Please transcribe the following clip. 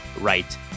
right